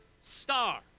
star